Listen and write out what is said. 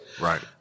Right